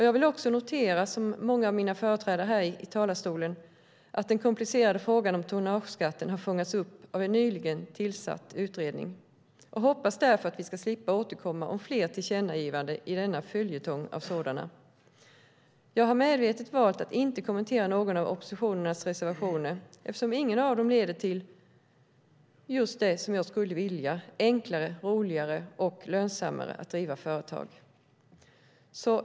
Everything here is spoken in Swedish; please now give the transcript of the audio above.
Jag noterar också, liksom många av mina företrädare i talarstolen, att den komplicerade frågan om tonnageskatten fångats upp av en nyligen tillsatt utredning och hoppas därför att vi ska slippa återkomma med fler tillkännagivanden i denna följetong. Jag har medvetet valt att inte kommentera någon av oppositionspartiernas reservationer eftersom ingen av dem leder till just det som jag skulle vilja, att göra det enklare, roligare och lönsammare att driva företag.